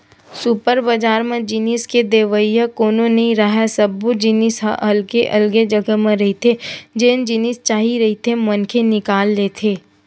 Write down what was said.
super बजार म जिनिस के देवइया कोनो नइ राहय, सब्बो जिनिस ह अलगे अलगे जघा म रहिथे जेन जिनिस चाही रहिथे मनखे निकाल लेथे